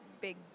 big